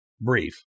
brief